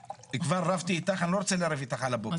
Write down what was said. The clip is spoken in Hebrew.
כבר רבתי איתך, אני לא רוצה לריב איתך על הבוקר.